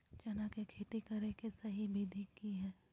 चना के खेती करे के सही विधि की हय?